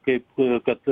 kaip kad